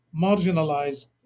marginalized